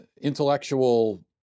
intellectual